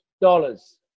dollars